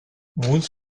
wohnst